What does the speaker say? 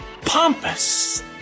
pompous